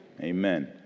Amen